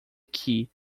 que